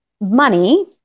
money